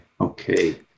Okay